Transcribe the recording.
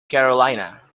carolina